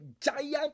giant